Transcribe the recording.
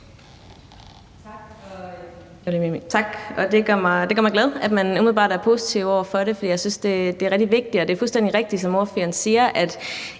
Tak. Det gør mig glad, at man umiddelbart er positiv over for det, for jeg synes, det er rigtig vigtigt. Og det er fuldstændig rigtigt, hvad ordføreren siger.